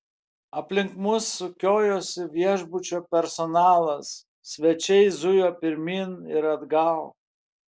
aplink mus sukiojosi viešbučio personalas svečiai zujo pirmyn ir atgal